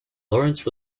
lawrence